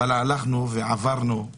בכל זאת הלכנו והגשנו,